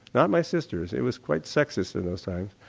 not my sisters, it was quite sexist in those times,